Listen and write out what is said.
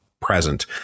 present